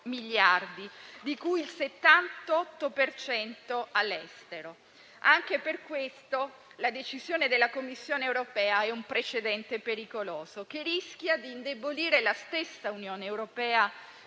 di cui il 78 per cento all'estero. Anche per questo la decisione della Commissione europea è un precedente pericoloso, che rischia di indebolire la stessa Unione europea